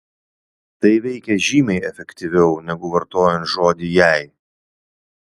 tai veikia žymiai efektyviau negu vartojant žodį jei